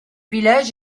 village